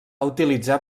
utilitzar